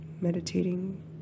meditating